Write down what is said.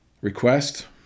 Request